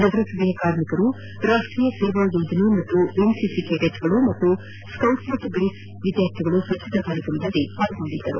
ನಗರಸಭೆ ಕಾರ್ಮಿಕರು ರಾಷ್ಟೀಯ ಸೇವಾ ಯೋಜನೆ ಹಾಗೂ ಎನ್ ಸಿಸಿ ಕೆಡಿಟ್ ಗಳು ಹಾಗೂ ಸ್ಟೌಟ್ಲ್ ಮತ್ತು ಗೈಡ್ಲ್ ವಿದ್ಯಾರ್ಥಿಗಳು ಸ್ವಚ್ದತಾ ಕಾರ್ಯಕ್ರಮದಲ್ಲಿ ಭಾಗವಹಿಸಿದ್ದರು